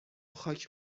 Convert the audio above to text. خاک